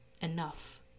enough